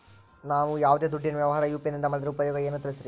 ನಾವು ಯಾವ್ದೇ ದುಡ್ಡಿನ ವ್ಯವಹಾರ ಯು.ಪಿ.ಐ ನಿಂದ ಮಾಡಿದ್ರೆ ಉಪಯೋಗ ಏನು ತಿಳಿಸ್ರಿ?